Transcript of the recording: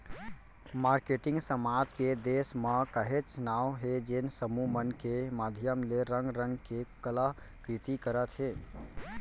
marketing समाज के देस म काहेच नांव हे जेन समूह मन के माधियम ले रंग रंग के कला कृति करत हे